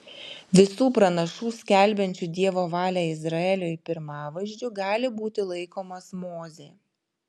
visų pranašų skelbiančių dievo valią izraeliui pirmavaizdžiu gali būti laikomas mozė